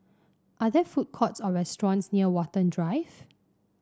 are there food courts or restaurants near Watten Drive